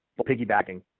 piggybacking